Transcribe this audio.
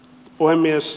puhemies